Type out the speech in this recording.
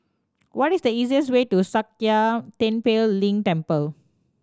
what is the easiest way to Sakya Tenphel Ling Temple